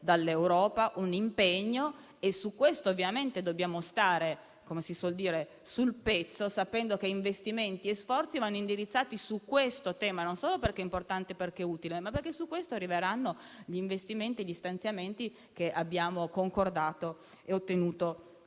dall'Europa un impegno. E su questo ovviamente dobbiamo stare - come si suole dire - sul pezzo, sapendo che investimenti e sforzi vanno indirizzati su questo tema non solo perché è importante e utile, ma anche perché arriveranno gli investimenti e gli stanziamenti che abbiamo concordato e ottenuto